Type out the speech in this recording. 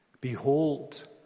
Behold